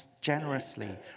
generously